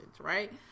right